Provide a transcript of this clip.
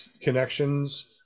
connections